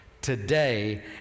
Today